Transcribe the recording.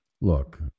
Look